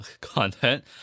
content